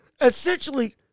essentially